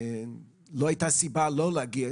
לא הייתה סיבה לא להגיע.